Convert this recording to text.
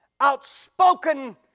Outspoken